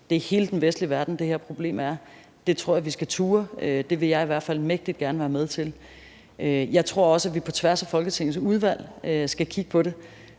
det er i hele den vestlige verden, at der er det her problem – er det, vi skal turde. Det vil jeg i hvert fald mægtig gerne være med til. Jeg tror også, at vi på tværs af Folketingets udvalg skal kigge på det.